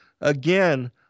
again